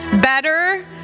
better